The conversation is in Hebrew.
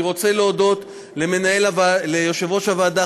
אני רוצה להודות ליושב-ראש הוועדה,